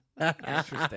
Interesting